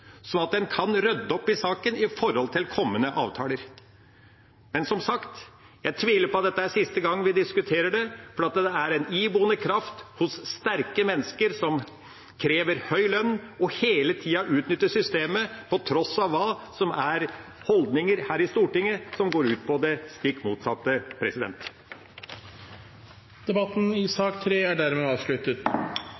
sånn at en kan rydde opp i saken – med tanke på kommende avtaler. Men, som sagt, jeg tviler på at dette er siste gang vi diskuterer dette, for det er en iboende kraft hos sterke mennesker som krever høy lønn, å hele tida utnytte systemet på tross av det som er holdningene her i Stortinget, og som går ut på det stikk motsatte.